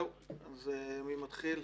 מי מתחיל?